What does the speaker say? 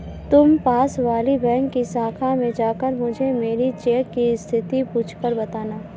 तुम पास वाली बैंक की शाखा में जाकर मुझे मेरी चेक की स्थिति पूछकर बताना